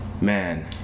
man